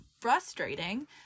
frustrating